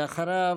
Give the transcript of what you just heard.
אחריו,